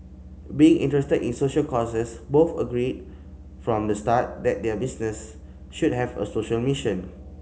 being interested in social causes both agreed from the start that their business should have a social mission